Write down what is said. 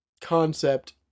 concept